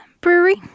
Brewery